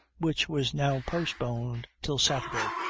which was now postponed till saturday,